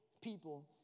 people